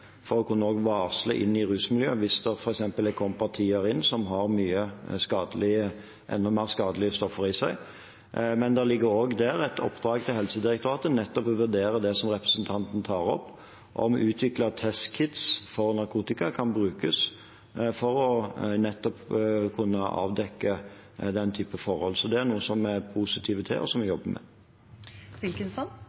for å kunne varsle rusmiljøer hvis det har kommet inn partier som har enda mer skadelige stoffer i seg. Men det ligger også et oppdrag der til Helsedirektoratet nettopp om å vurdere det representanten tar opp, om å utvikle testkits for narkotika som kan brukes for å avdekke den typen forhold. Så det er noe vi er positive til og jobber med. Nå ble jeg veldig glad. Det er kjempebra. Jeg har et annet spørsmål. Vi